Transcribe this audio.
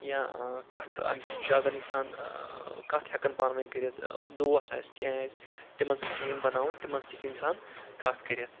یا کَتھ اَمہِ سۭتۍ چھُ اگر اِنسان کَتھ ہؠکَان پانہٕ ؤنۍ کٔرِتھ دوس آسہِ کینٛہہ آسہِ تِمَن سۭتۍ ٹیٖم بَناوٕنۍ تِمَن سۭتۍ اِنسان کَتھ کٔرِتھ